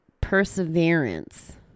Perseverance